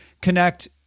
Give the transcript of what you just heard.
connect